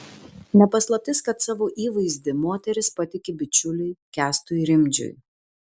ne paslaptis kad savo įvaizdį moteris patiki bičiuliui kęstui rimdžiui